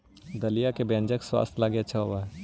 दलिया के व्यंजन स्वास्थ्य लगी अच्छा होवऽ हई